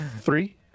Three